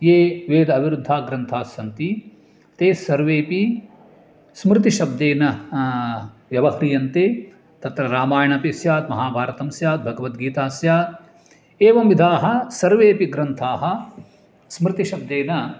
ये वेद अविरुद्धाग्रन्थाः सन्ति ते सर्वेऽपि स्मृतिशब्देन व्यवह्रियन्ते तत्र रामायणमपि स्यात् महाभारतं स्यात् भगवद्गीता स्यात् एवं विधाः सर्वेऽपि ग्रन्थाः स्मृतिशब्देन